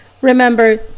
Remember